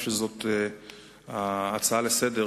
לצערי הרב,